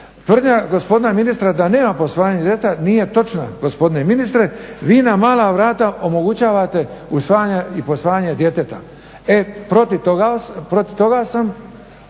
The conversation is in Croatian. Tvrdnja gospodina ministra da nema posvajanja djeteta nije točna gospodine ministre, vi na mala vrata omogućavate usvajanja i posvajanja djeteta. E protiv toga sam